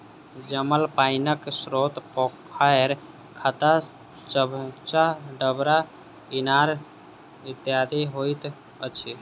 जमल पाइनक स्रोत पोखैर, खत्ता, चभच्चा, डबरा, इनार इत्यादि होइत अछि